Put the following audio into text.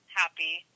happy